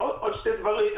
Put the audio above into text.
עוד שני דברים.